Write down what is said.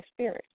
spirit